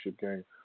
game